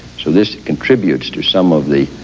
so this contributes to some of the